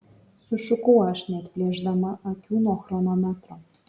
sušukau aš neatplėšdama akių nuo chronometro